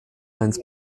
eins